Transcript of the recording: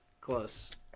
close